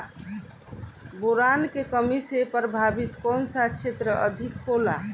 Boron के कमी से प्रभावित कौन सा क्षेत्र अधिक होला?